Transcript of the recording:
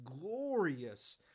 glorious